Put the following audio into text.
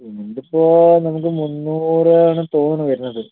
ഇന്നിപ്പോൾ നമുക്ക് മുന്നൂറാണ് തോന്നുന്നു വരുന്നത്